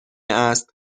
است